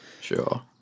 sure